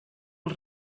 els